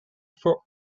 for